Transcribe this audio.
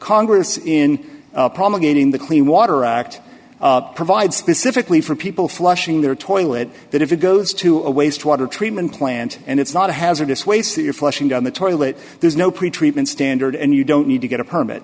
congress in promulgating the clean water act provides specifically for people flushing their toilet that if it goes to a wastewater treatment plant and it's not a hazardous waste you're flushing down the toilet there's no pretreatment standard and you don't need to get a permit